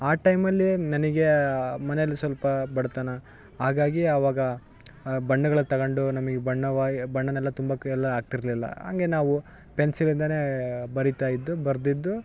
ಆ ಟೈಮಲ್ಲಿ ನನಗೆ ಮನೇಯಲ್ಲಿ ಸ್ವಲ್ಪ ಬಡತನ ಹಾಗಾಗಿ ಆವಾಗ ಬಣ್ಣಗಳ ತಗೊಂಡು ನಮಗ್ ಬಣ್ಣ ವಾಯ್ ಬಣ್ಣನೆಲ್ಲ ತುಂಬಕೆಲ್ಲ ಆಗ್ತಿರಲಿಲ್ಲ ಹಂಗೆ ನಾವು ಪೆನ್ಸಿಲಿಂದಾನೇ ಬರೀತ ಇದು ಬರ್ದಿದ್ದು